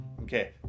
okay